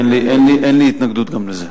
אין לי התנגדות גם לזה.